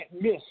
miss